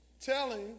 telling